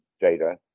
data